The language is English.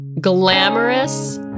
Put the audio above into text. glamorous